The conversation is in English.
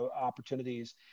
opportunities